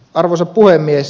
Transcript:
arvoisa puhemies